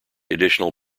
additional